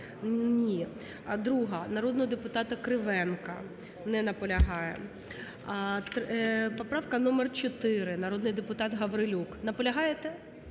Ні. 2-а, народного депутата Кривенка. Не наполягає. Поправка номер 4, народний депутат Гаврилюк. Наполягаєте?